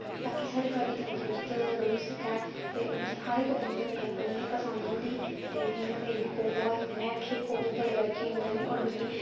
ताकि साढ़ी बॉड्डी तंदरुस्त रेही सकै ते हर इक बंदे दी अपनी अपनी पसंद होंदी ते जियां मेरी खो खो ऐ में खो खो बड़े बारी खेलनी होन्नी होर मिगी